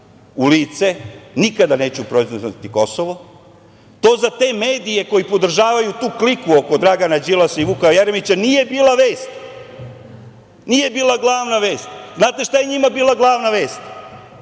u lice – nikada neću priznati Kosovo, to za te medije koji podržavaju tu kliku oko Dragana Đilasa i Vuka Jeremića nije bila vest, nije bila glavna vest. Znate šta je njima bila glavna vest?